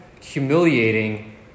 humiliating